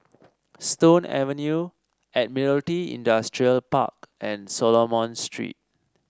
Stone Avenue Admiralty Industrial Park and Solomon Street